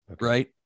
right